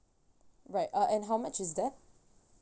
right uh and how much is that